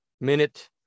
minute